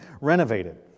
renovated